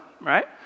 right